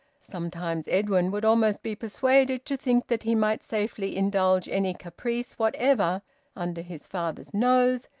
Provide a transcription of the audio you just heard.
sometimes edwin would almost be persuaded to think that he might safely indulge any caprice whatever under his father's nose,